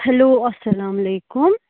hello اَسَلامُ علیکُم